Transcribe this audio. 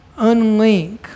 unlink